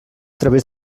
través